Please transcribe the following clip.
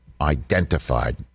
identified